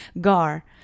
Gar